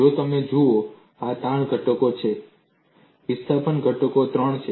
જો તમે જુઓ તાણ ઘટકો છે વિસ્થાપન ઘટકો ત્રણ છે